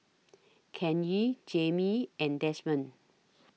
Kanye Jaimee and Desmond